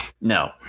No